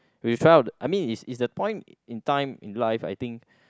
we try out I mean is is a point in time in life I think